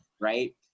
right